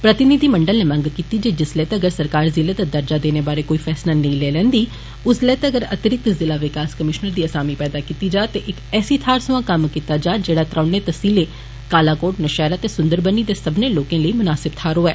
प्रतिनिधिमंडल नै मंग कीती ऐ जे जिस्सलै तक्कर सरकार जिला दा दर्जा देने बारै कोई फैसला नेई लैन्दी उस्सलै तक्कर अतिरिक्त जिला विकास कमीष्नर दी असामी पैदा कीती जे ते इक ऐसी थाहर सोयां कम्म कीता जा जेड़ा त्रौनें तहसीलें कालाकोट नौषैहरा ते सुन्दरबनी दे सब्बने लोकें लेई मुनासिब थाहर होए